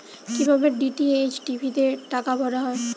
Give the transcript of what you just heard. কি ভাবে DTH TV তে টাকা ভরা হয়?